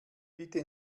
bitte